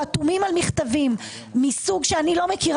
חתומים על מכתבים מסוג שאיני מכיר